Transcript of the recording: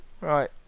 Right